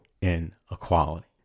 inequality